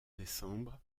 décembre